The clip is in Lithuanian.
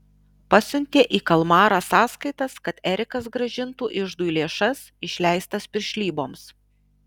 pasiuntė į kalmarą sąskaitas kad erikas grąžintų iždui lėšas išleistas piršlyboms